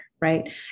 right